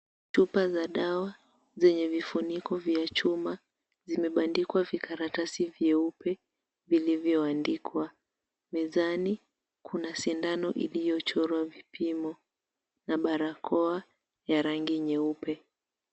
Chupa za dawa zenye vifuniko vya chuma zimebandikwa vikaratasi vyeupe vilivyoandikwa. Mezani kuna sindano iliyochorwa vipimo na barakoa ya rangi nyeupe.